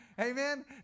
Amen